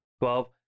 Twelve